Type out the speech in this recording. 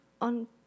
on